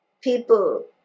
people